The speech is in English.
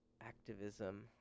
activism